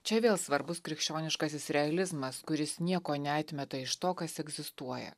čia vėl svarbus krikščioniškasis realizmas kuris nieko neatmeta iš to kas egzistuoja